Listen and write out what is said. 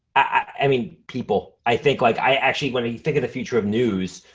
i mean, people, i think like, i actually, when you think of the future of news,